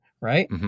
right